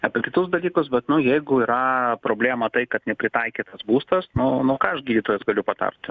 apie kitus dalykus bet nu jeigu yra problema tai kad nepritaikytas būstas nu nu ką aš gydytojas galiu patart